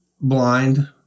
Blind